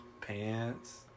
Pants